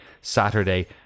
Saturday